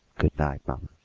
good night, mamma!